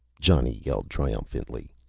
johnny yelled triumphantly.